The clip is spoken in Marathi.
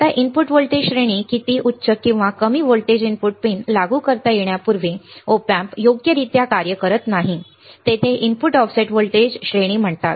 आता इनपुट व्होल्टेज श्रेणी किती उच्च किंवा कमी व्होल्टेज इनपुट पिन लागू करता येण्यापूर्वी Op amp योग्यरित्या कार्य करत नाही तेथे इनपुट ऑफसेट व्होल्टेज श्रेणी म्हणतात